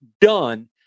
done